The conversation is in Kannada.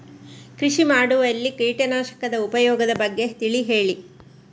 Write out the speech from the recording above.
ಕೃಷಿ ಮಾಡುವಲ್ಲಿ ಕೀಟನಾಶಕದ ಉಪಯೋಗದ ಬಗ್ಗೆ ತಿಳಿ ಹೇಳಿ